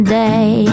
day